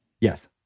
Yes